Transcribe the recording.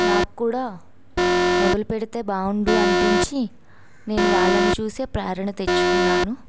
నాకు కూడా మొదలుపెడితే బాగుండు అనిపించి నేను వాళ్ళని చూసే ప్రేరణ తెచ్చుకున్నాను